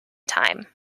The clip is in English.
time